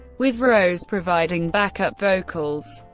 with rose providing back up vocals.